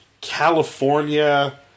California